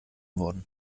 wurden